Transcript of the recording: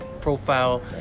profile